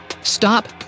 Stop